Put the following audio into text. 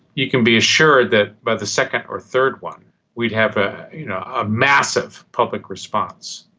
you can be assured that by the second or third one we would have ah a massive public response.